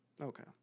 Okay